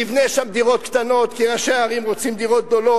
נבנה שם דירות קטנות כי ראשי הערים רוצים דירות גדולות,